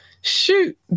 shoot